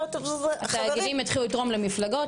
חברים יתחילו לתרום למפלגות,